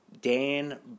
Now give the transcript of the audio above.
Dan